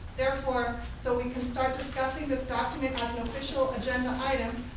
therefore so we can start discussing this document as an official agenda item,